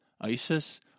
ISIS